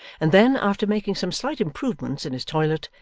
and then, after making some slight improvements in his toilet,